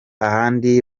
ahandi